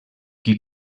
qui